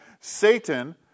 Satan